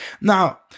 Now